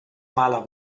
maler